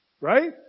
Right